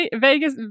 Vegas